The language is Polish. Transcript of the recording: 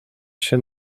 się